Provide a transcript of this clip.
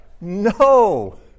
No